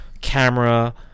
camera